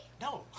No